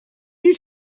you